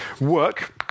work